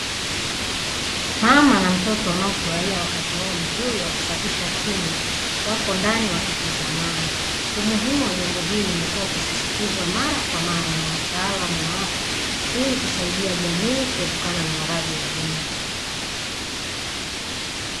Mama na mtoto wanaofurahia wakati wao mzuri wa kusafisha kinywa, wako ndani wakitizamana. Umuhimu wa jambo hili, umekuwa ukisisitizwa mara kwa mara na wataalamu wa afya , ili kusaidia jamii , kuepukana na maradhi ya meno.